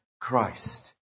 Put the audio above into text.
Christ